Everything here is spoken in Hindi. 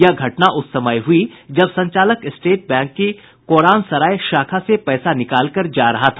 यह घटना उस समय हुई जब संचालक स्टेट बैंक की कोरानसराय शाखा से पैसा निकालकर जा रहा था